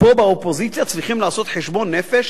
פה באופוזיציה: צריכים לעשות חשבון נפש,